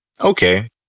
Okay